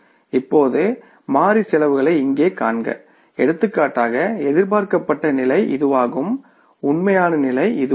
இப்போது மாறி செலவுககளை இங்கே காண்க எடுத்துக்காட்டாக எதிர்பார்க்கப்பட்ட நிலை இதுவாகும் உண்மையான நிலை இதுவாகும்